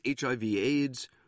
HIV-AIDS